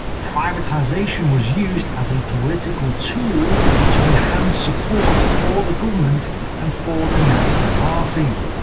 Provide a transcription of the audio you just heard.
privatization was used as a political tool to enhance support for the government and for the nazi party.